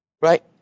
Right